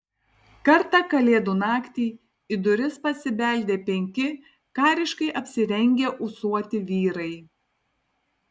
kartą kalėdų naktį į duris pasibeldė penki kariškai apsirengę ūsuoti vyrai